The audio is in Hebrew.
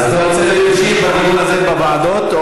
אז אתה רוצה להמשיך בדיון הזה בוועדה?